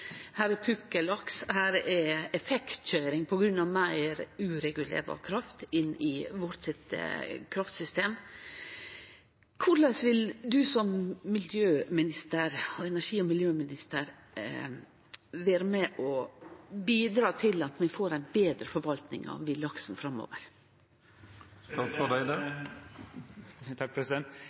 Her er pukkellaks, her er effektkøyring på grunn av meir uregulerbar kraft inn i kraftsystemet vårt. Korleis vil energi- og miljøministeren vera med og bidra til at vi får ei betre forvaltning av villaksen framover?